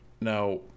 Now